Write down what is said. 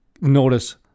notice